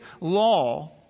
law